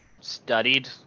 studied